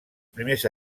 primers